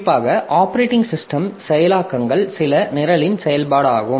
குறிப்பாக operating system செயலாக்கங்கள் சில நிரலின் செயல்பாடாகும்